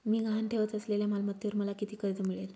मी गहाण ठेवत असलेल्या मालमत्तेवर मला किती कर्ज मिळेल?